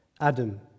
Adam